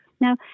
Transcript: Now